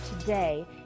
today